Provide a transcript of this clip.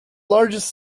largest